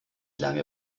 lange